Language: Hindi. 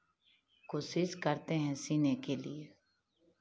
कोशिश करते हैं सिलने के लिए